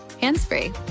hands-free